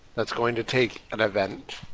that's going to take an event.